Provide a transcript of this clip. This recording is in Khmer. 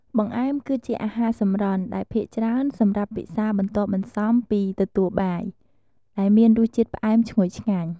បង្អែម គឺជាអាហារសម្រន់ដែលភាគច្រើន សម្រាប់ពិសាបន្ទាប់បន្សំពីទទួលបាយ ដែលមានរសជាតិផ្អែមឈ្ងុយឆ្ងាញ់។